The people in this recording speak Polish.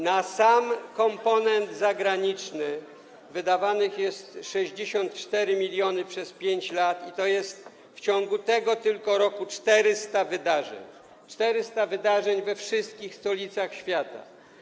Na sam komponent zagraniczny wydawanych jest 64 mln przez 5 lat i to jest w ciągu tego tylko roku 400 wydarzeń - 400 wydarzeń we wszystkich stolicach świata.